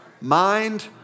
mind